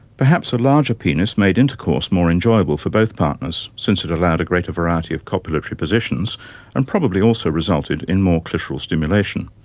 perhaps a larger penis made intercourse more an enjoyable for both partners since it allowed a greater variety of copulatory positions and probably also resulted in more clitoral stimulation.